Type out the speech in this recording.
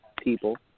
people